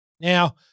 Now